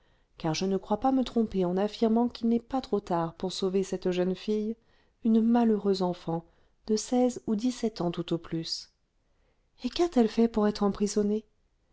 car je ne crois pas me tromper en affirmant qu'il n'est pas trop tard pour sauver cette jeune fille une malheureuse enfant de seize ou dix-sept ans tout au plus et qu'a-t-elle fait pour être emprisonnée